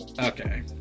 Okay